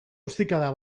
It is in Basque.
ostikada